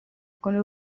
con